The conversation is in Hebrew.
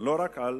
לא רק על